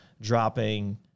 dropping